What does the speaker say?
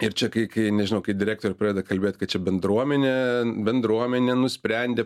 ir čia kai kai nežinau kai direktorė pradeda kalbėt kad čia bendruomenė bendruomenė nusprendė